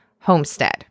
Homestead